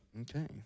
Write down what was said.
Okay